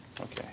Okay